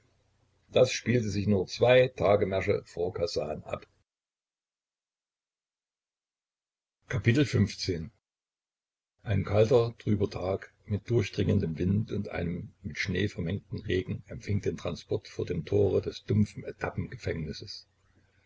das spielte sich nur zwei tagemärsche vor kasan ab xv ein kalter trüber tag mit durchdringendem wind und einem mit schnee vermengten regen empfing den transport vor dem tore des dumpfen